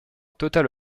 totale